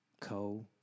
co